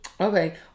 Okay